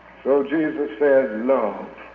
so jesus says love,